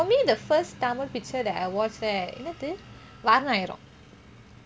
for me the first tamil picture that I watch right என்னது Vaaranam Aayiram vaaranam aayiram